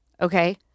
okay